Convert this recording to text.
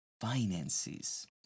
finances